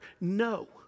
No